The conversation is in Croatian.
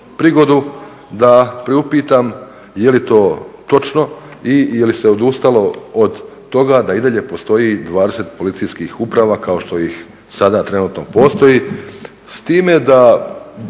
da priupitam jeli to točno i jeli se odustalo od toga da i dalje postoji 20 policijskih uprava kao što ih sada trenutno postoji,